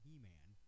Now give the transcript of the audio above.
He-Man